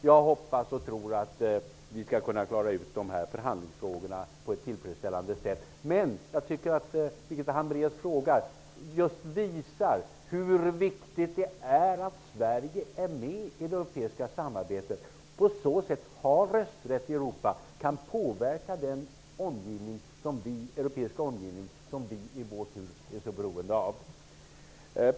Jag hoppas och tror att vi skall kunna klara ut dem på ett tillfredsställande sätt, men jag tycker att Birgitta Hambraeus fråga visar hur viktigt det är att Sverige är med i det europeiska samarbetet och på så sätt har rösträtt i Europa och kan påverka den europeiska omgivning som vi i vår tur är så beroende av.